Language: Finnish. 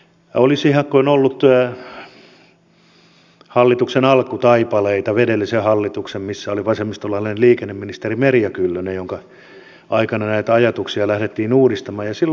olisikohan ollut hallituksen alkutaipaleita edellisen hallituksen missä oli vasemmistolainen liikenneministeri merja kyllönen jonka aikana näitä ajatuksia lähdettiin uudistamaan